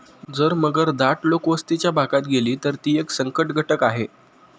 जर मगर दाट लोकवस्तीच्या भागात गेली, तर ती एक संकटघटक आहे